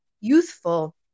youthful